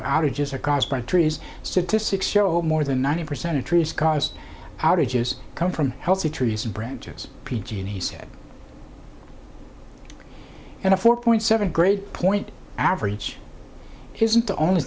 of outages are caused by trees statistics show more than ninety percent of trees caused outages come from healthy trees and branches p g and he said in a four point seven grade point average isn't the only